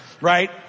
Right